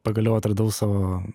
pagaliau atradau savo